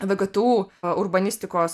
vgtu urbanistikos